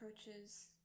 approaches